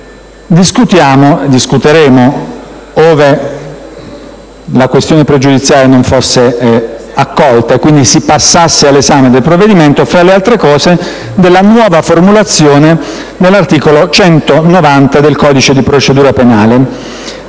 Discutiamo, anzi discuteremo, ove la questione pregiudiziale non fosse accolta e quindi si passasse all'esame del provvedimento, fra le altre cose della nuova formulazione dell'articolo 190 del codice di procedura penale.